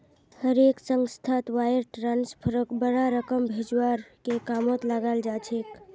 हर एक संस्थात वायर ट्रांस्फरक बडा रकम भेजवार के कामत लगाल जा छेक